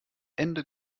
ende